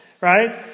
Right